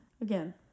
again